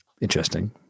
interesting